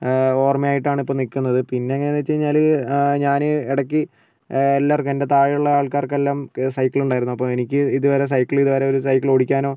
ഓർമ്മയായിട്ടാണ് ഇപ്പം നിക്കുന്നത് പിന്നെ എങ്ങനേന്ന് വച്ച് കഴിഞ്ഞാൽ ഞാൻ ഇടക്ക് എല്ലാവർക്കും എൻ്റെ താഴേയുള്ള ആൾക്കാർക്കെല്ലാം സൈക്കിൾ ഉണ്ടായിരുന്നു അപ്പോൾ എനിക്ക് ഇതുവരെ സൈക്കിൾ ഇതുവരെ ഒരു സൈക്കിൾ ഓടിക്കാനോ